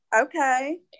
Okay